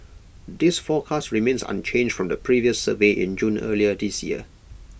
this forecast remains unchanged from the previous survey in June earlier this year